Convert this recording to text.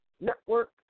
Network